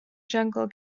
jungle